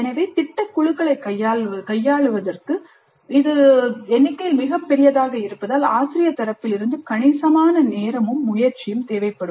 எனவே திட்டக் குழுக்களைக் கையாளுவதற்கு இது எண்ணிக்கையில் மிகப் பெரியதாக இருக்கும் ஆசிரிய தரப்பில் இருந்து கணிசமான நேரமும் முயற்சியும் தேவைப்படும்